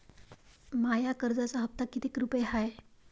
माया कर्जाचा हप्ता कितीक रुपये हाय?